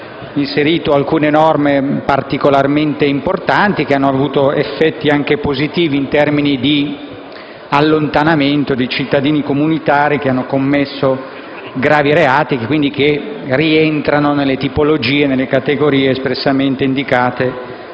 inserito alcune norme particolarmente importanti che hanno avuto effetti positivi in termini di allontanamento di cittadini comunitari che hanno commesso gravi reati e che, quindi, rientrano nelle tipologie e nelle categorie espressamente indicate